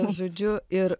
žodžiu ir